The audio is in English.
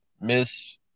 Miss